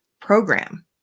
program